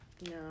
No